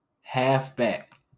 halfback